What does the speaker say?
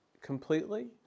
completely